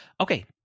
Okay